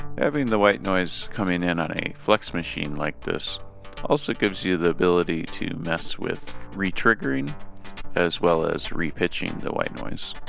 having the white noise coming in on a flex machine like this also gives you the ability to mess with re triggering as well as re-pitching the white noise.